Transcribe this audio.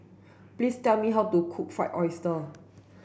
please tell me how to cook fried oyster